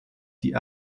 die